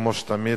כמו תמיד,